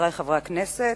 חברי חברי הכנסת,